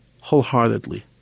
wholeheartedly